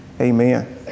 amen